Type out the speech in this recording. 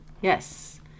Yes